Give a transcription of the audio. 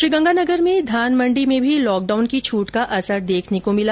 श्रीगंगानगर में धान मण्डी में भी लॉकडाउन की छूट का असर देखने को मिला